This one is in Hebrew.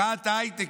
מחאת ההייטק,